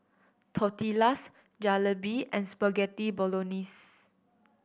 Tortillas Jalebi and Spaghetti Bolognese